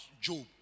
Job